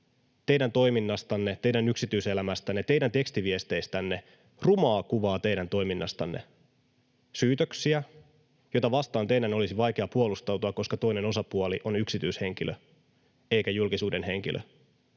teidän toiminnastanne, teidän yksityiselämästänne, teidän tekstiviesteistänne rumaa kuvaa teidän toiminnastanne, syytöksiä, joita vastaan teidän olisi vaikea puolustautua, koska toinen osapuoli on yksityishenkilö eikä julkisuuden henkilö,